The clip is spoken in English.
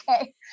okay